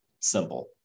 simple